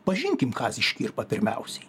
pažinkim kazį škirpą pirmiausiai